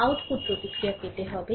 output প্রতিক্রিয়া পেতে হবে